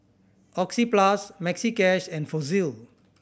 Oxyplus Maxi Cash and Fossil